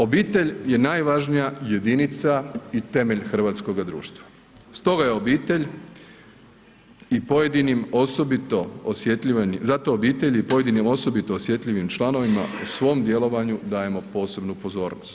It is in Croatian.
Obitelj je najvažnija jedinica i temelj hrvatskoga društva, stoga je obitelj i pojedinim, osobito osjetljivim, zato obitelj i pojedinim osobito osjetljivim članovima u svom djelovanju dajemo posebnu pozornost.